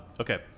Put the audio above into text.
Okay